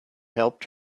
helped